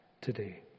today